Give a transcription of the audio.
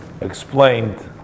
explained